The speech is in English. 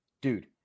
Dude